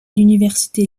l’université